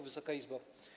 Wysoka Izbo!